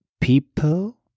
people